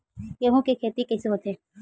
गेहूं के खेती कइसे होथे?